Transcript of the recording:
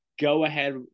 go-ahead